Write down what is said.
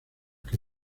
que